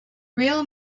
real